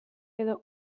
edo